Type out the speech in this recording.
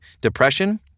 depression